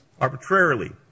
arbitrarily